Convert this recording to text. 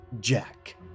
Jack